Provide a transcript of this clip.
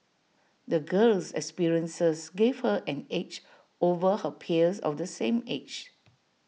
the girl's experiences gave her an edge over her peers of the same age